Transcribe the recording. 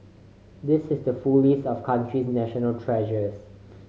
this is the full list of country's national treasures